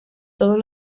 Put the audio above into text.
todos